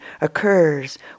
occurs